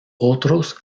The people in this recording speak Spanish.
otros